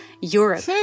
Europe